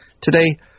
today